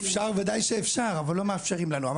אפשר, וודאי שאפשר, אבל לא מאפשרים לנו.